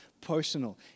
Personal